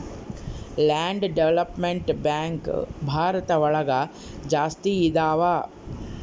land development bank ಭಾರತ ಒಳಗ ಜಾಸ್ತಿ ಇದಾವ